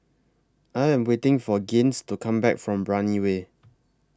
I Am waiting For Gaines to Come Back from Brani Way